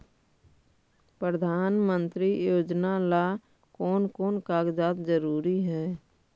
प्रधानमंत्री योजना ला कोन कोन कागजात जरूरी है?